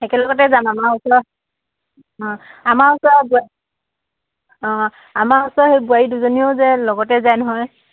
একেলগতে যাম আমাৰ ওচৰ অঁ আমাৰ ওচৰ ব অঁ আমাৰ ওচৰ সেই বোৱাৰী দুজনীও যে লগতে যায় নহয়